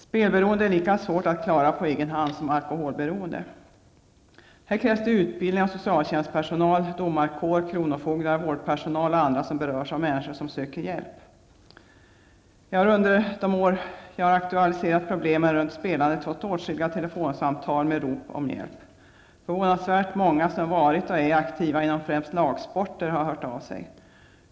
Spelberoende är lika svårt att klara på egen hand som alkoholberoende. Här krävs det utredning av socialtjänstpersonal, domarkår, kronofogdar, vårdpersonal och andra som kommer i kontakt med människor som söker hjälp. Jag har under de år som jag har aktualiserat problemen runt spelandet fått åtskilliga telefonsamtal med rop om hjälp. Förvånansvärt många som varit och är aktiva inom främst lagsporter har hört av sig.